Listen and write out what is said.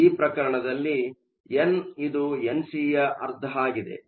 ಈ ಪ್ರಕರಣದಲ್ಲಿ ಎನ್ ಇದು ಎನ್ ಸಿಯ ಅರ್ಧ ಆಗಿದೆ